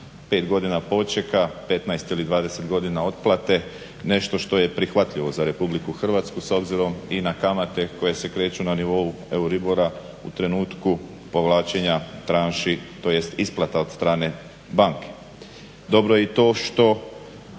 godina počeka, 15 ili 20 godina otplate, nešto što je prihvatljivo za RH s obzirom i na kamate koje se kreću na nivou EU … u trenutku povlačenja tranši tj. isplata od strane banke. Dobro je i to što